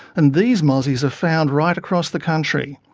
and these mozzies are found right across the country.